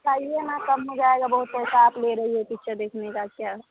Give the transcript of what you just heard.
चाहिए न कम हो जाएगा बहुत पैसा आप ले रही है पिक्चर देखने क्या